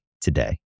today